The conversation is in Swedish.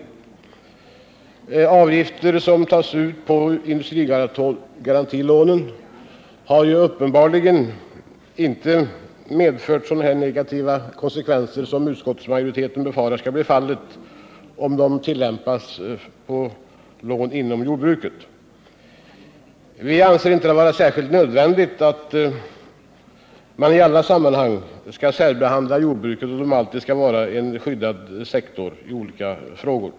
De avgifter som tas ut på industrigarantilånen har uppenbarligen inte medfört sådana negativa konsekvenser som utskottsmajoriteten befarar skall bli fallet om systemet tillämpas på lån inom jordbruket. Vi anser det inte vara särskilt nödvändigt att i alla sammanhang särbehandla jordbruket och alltid hålla det inom en skyddad sektor.